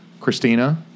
Christina